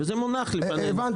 וזה מונח לפנינו,